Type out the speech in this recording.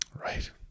Right